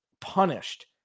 punished